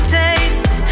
taste